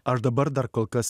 aš dabar dar kol kas